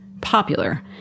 popular